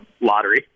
lottery